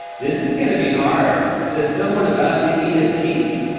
this is gonna be hard, said someone about to eat a peep.